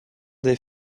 des